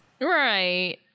Right